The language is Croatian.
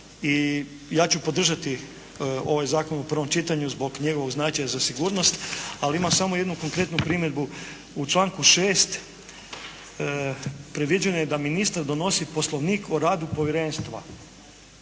ja ću podržati ovaj zakon u prvom čitanju zbog njegovog značaja za sigurnost. Ali imam samo jednu konkretnu primjedbu. U članku 6. predviđeno je da ministar donosi Poslovnik o radu povjerenstva